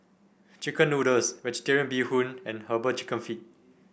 chicken noodles vegetarian Bee Hoon and herbal chicken feet